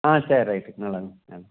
ஆ சரி ரைட்டு நல்லதுங்க நல்லது